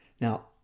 Now